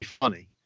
funny